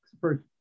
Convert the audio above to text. first